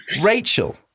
Rachel